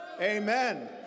Amen